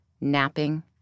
napping